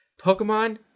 Pokemon